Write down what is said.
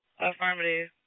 Affirmative